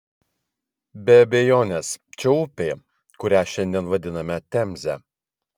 be abejonės čia upė kurią šiandien vadiname temze